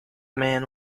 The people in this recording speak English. man